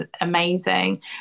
amazing